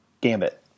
Gambit